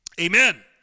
Amen